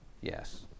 Yes